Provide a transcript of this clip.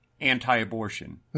anti-abortion